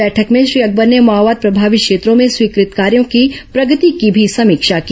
बैठक में श्री अकबर ने माओवाद प्रभावित क्षेत्रों में स्वीकृत कार्यों की प्रगति की भी समीक्षा की